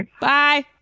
bye